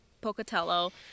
Pocatello